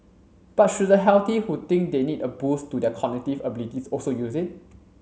but should the healthy who think they need a boost to their cognitive abilities also use it